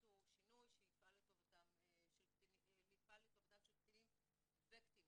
שהוא שינוי שיפעל לטובתם של קטינים וקטינות.